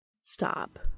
Stop